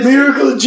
Miracle